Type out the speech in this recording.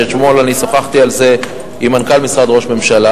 אתמול אני שוחחתי עם מנכ"ל משרד ראש הממשלה,